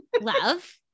Love